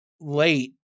late